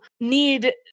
need